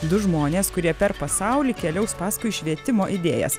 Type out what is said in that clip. du žmonės kurie per pasaulį keliaus paskui švietimo idėjas